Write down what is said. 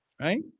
right